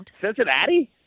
Cincinnati